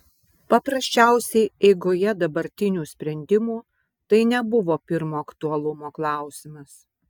paprasčiausiai eigoje dabartinių sprendimų tai nebuvo pirmo aktualumo klausimas